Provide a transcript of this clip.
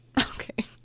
Okay